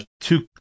two